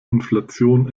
inflation